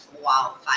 wow